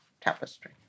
tapestry